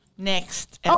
Next